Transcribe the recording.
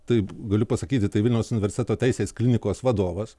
taip galiu pasakyti tai vilniaus universiteto teisės klinikos vadovas